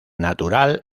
natural